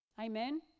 Amen